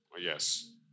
Yes